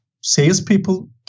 salespeople